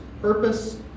purpose